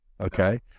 okay